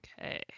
Okay